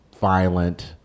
violent